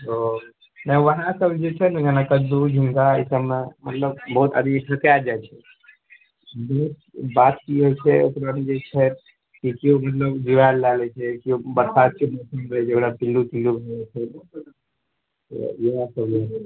ओ नहि वएहसभ जे छै न जेना कद्दू झींगा ईसभमे मतलब बहुत अधिक ई फेकय जाइत छै बात की होइत छै एतबेमऽ जे छै कि केओ मतलब जुआयल लय लैत छै केओ बरसातके बैगनमऽ पिल्लू तुल्लू इएहसभ रहय